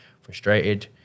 frustrated